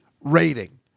rating